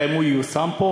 האם הוא ייושם פה?